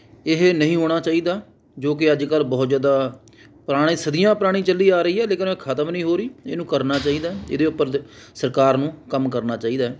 ਇਹ ਨਹੀਂ ਹੋਣਾ ਚਾਹੀਦੀ ਜੋ ਕਿ ਅੱਜ ਕੱਲ੍ਹ ਬਹੁਤ ਜ਼ਿਆਦਾ ਪੁਰਾਣੇ ਸਦੀਆਂ ਪੁਰਾਣੀ ਚੱਲੀ ਆ ਰਹੀ ਹੈ ਲੇਕਿਨ ਖਤਮ ਨਹੀਂ ਹੋ ਰਹੀ ਇਹਨੂੰ ਕਰਨਾ ਚਾਹੀਦਾ ਇਹਦੇ ਉੱਪਰ ਦੇ ਸਰਕਾਰ ਨੂੰ ਕੰਮ ਕਰਨਾ ਚਾਹੀਦਾ ਹੈ